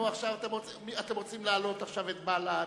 נו אתם רוצים להעלות עכשיו את בל"ד,